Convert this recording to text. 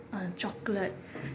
uh chocolate